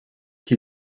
qui